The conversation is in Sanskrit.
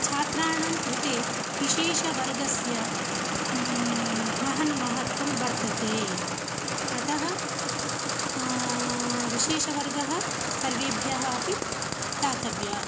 छात्राणां कृते विशेषवर्गस्य महन्महत्त्वं वर्तते अतः विशेषवर्गः सर्वेभ्यः अपि दातव्यः